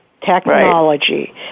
Technology